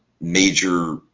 major